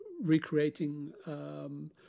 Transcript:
recreating